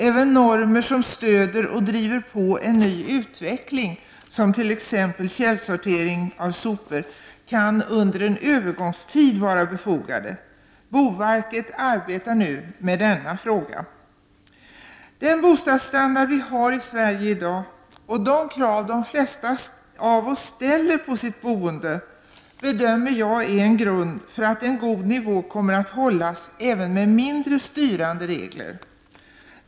Även normer som stöder och driver på en ny utveckling, t.ex. källsortering av sopor, kan under en övergångstid vara befogade. Boverket arbetar nu med denna fråga. Den bostadsstandard som vi har i Sverige i dag och de krav som de flesta av oss ställer på sitt boende bedömer jag är en grund för att en god nivå kommer att hållas även med mindre styrande regler.